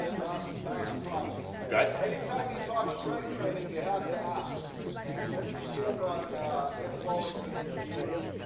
last last topics. okay anytime you talk strength training you have to ask whats your stand on anabolics and hgh?